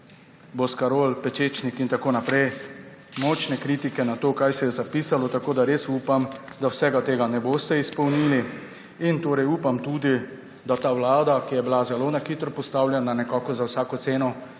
Boscarol, Pečečnik in tako naprej, močne kritike na to, kar se je zapisalo. Tako da res upam, da vsega tega ne boste izpolnili. In upam tudi, da ta vlada, ki je bila zelo na hitro postavljena, nekako za vsako ceno,